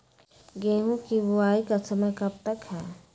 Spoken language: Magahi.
गेंहू की बुवाई का समय कब तक है?